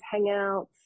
hangouts